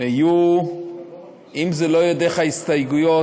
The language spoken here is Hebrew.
אם זה לא יהיה דרך ההסתייגויות,